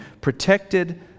protected